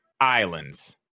islands